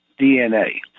DNA